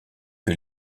que